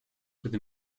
with